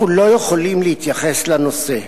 אנחנו לא יכולים להתייחס לנושא.